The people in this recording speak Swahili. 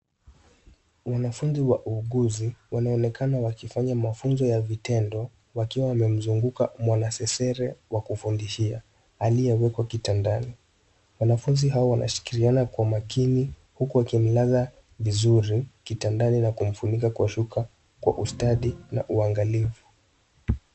Wanafunzi wa uuguzi wanaonekana wakifanya mafuzo ya vitendo wakiwa wamemzunguka mwanasesere wakufundishia aliyewekwa kitandani. Wanafunzi hawa wanashikiriana kwa makini huku wakimlaza vizuri kitandani na kumfunika kwa shuka kwa ustadi na uangalifu.